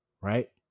right